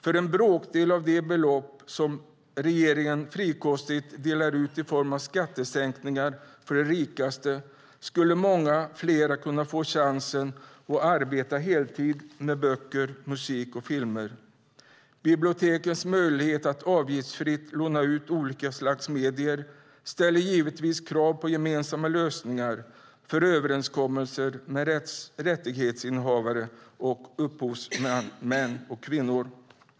För en bråkdel av de belopp som regeringen frikostigt delar ut i form av skattesänkningar för de rikaste skulle många fler kunna få chansen att arbeta heltid med böcker, musik och filmer. Bibliotekens möjlighet att avgiftsfritt låna ut olika slags medier ställer givetvis krav på gemensamma lösningar för överenskommelser med rättighetsinnehavare och upphovsmän och kvinnor.